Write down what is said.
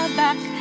back